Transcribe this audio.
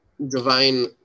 Divine